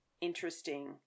interesting